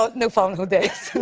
ah new phone. who dis?